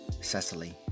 Cecily